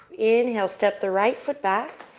inhale, step the right foot back.